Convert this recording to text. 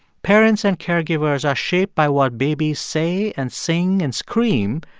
parents and caregivers are shaped by what babies say and sing and scream,